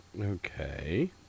okay